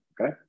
Okay